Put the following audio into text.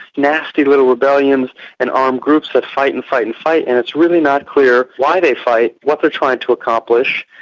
nasty little rebellions and armed groups that fight and fight and fight, and it's really not clear why they fight, what they're trying to accomplish,